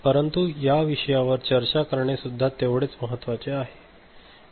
परंतु या विषयावर चर्चा करणे सुद्धा तेवढेच महत्वाचे आहे